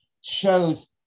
shows